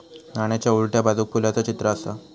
नाण्याच्या उलट्या बाजूक फुलाचा चित्र आसा